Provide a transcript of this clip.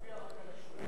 נצביע רק על השנייה.